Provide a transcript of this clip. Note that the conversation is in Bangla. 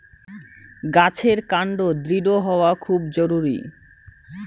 গাছের কান্ড দৃঢ় হওয়া খুব জরুরি